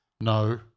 No